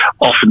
often